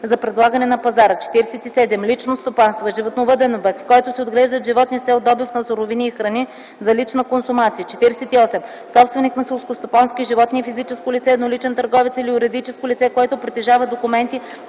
за предлагане на пазара. 47. „Лично стопанство” е животновъден обект, в който се отглеждат животни с цел добив на суровини и храни за лична консумация. 48. „Собственик на селскостопански животни” е физическо лице, едноличен търговец или юридическо лице, което притежава документи,